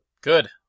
Good